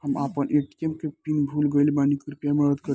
हम आपन ए.टी.एम के पीन भूल गइल बानी कृपया मदद करी